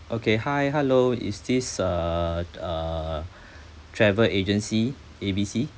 okay hi hello is this uh uh travel agency A_B_C